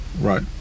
Right